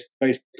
based